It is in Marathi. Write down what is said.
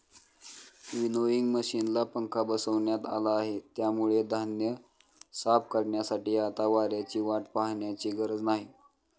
विनोइंग मशिनला पंखा बसवण्यात आला आहे, त्यामुळे धान्य साफ करण्यासाठी आता वाऱ्याची वाट पाहण्याची गरज नाही